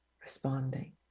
responding